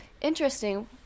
Interesting